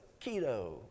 keto